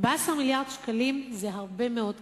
14 מיליארד שקלים זה הרבה מאוד כסף.